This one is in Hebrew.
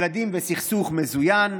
ילדים וסכסוך מזוין,